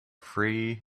free